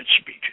speech